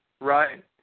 Right